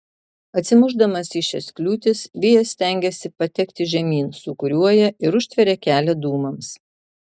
atsimušdamas į šias kliūtis vėjas stengiasi patekti žemyn sūkuriuoja ir užtveria kelią dūmams